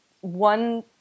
one